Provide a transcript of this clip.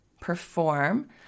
perform